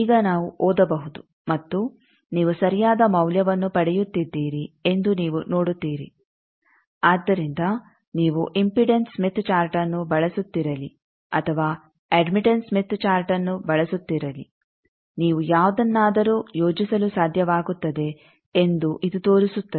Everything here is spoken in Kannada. ಈಗ ನಾವು ಓದಬಹುದು ಮತ್ತು ನೀವು ಸರಿಯಾದ ಮೌಲ್ಯವನ್ನು ಪಡೆಯುತ್ತಿದ್ದೀರಿ ಎಂದು ನೀವು ನೋಡುತ್ತೀರಿ ಆದ್ದರಿಂದ ನೀವು ಇಂಪೀಡೆನ್ಸ್ ಸ್ಮಿತ್ ಚಾರ್ಟ್ಅನ್ನು ಬಳಸುತ್ತಿರಲಿ ಅಥವಾ ಅಡ್ಮಿಟೆಂಸ್ ಸ್ಮಿತ್ ಚಾರ್ಟ್ಬಳಸುತ್ತಿರಲಿ ನೀವು ಯಾವುದನ್ನಾದರೂ ಯೋಜಿಸಲು ಸಾಧ್ಯವಾಗುತ್ತದೆ ಎಂದು ಇದು ತೋರಿಸುತ್ತದೆ